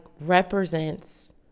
represents